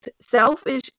Selfish